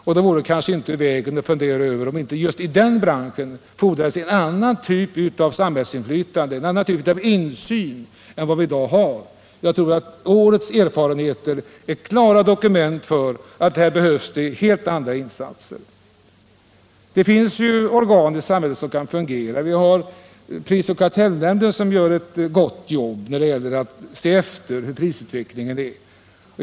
Därför vore det kanske inte ur vägen att fundera över om det inte just i den branschen fordras en annan typ av samhällsinflytande, en annan typ av insyn än vad vi i dag har. Årets erfarenheter är klara dokument för att här behövs helt andra insatser. Det finns organ i samhället som kan fungera här. Vi har prisoch kartellnämnden som gör ett gott jobb när det gäller att följa prisutvecklingen.